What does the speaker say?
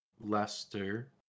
Leicester